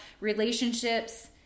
relationships